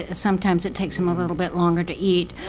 ah sometimes it takes them a little bit longer to eat.